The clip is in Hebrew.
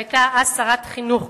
שהיתה אז גם שרת החינוך,